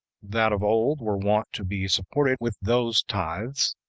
that of old were wont to be supported with those tithes,